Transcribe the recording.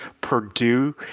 Purdue